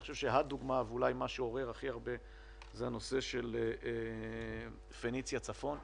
אני חושב שהדוגמה ואולי מה שעורר הכי הרבה זה הנושא של "פניציה" צפון.